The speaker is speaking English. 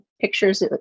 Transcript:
pictures